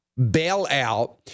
bailout